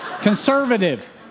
Conservative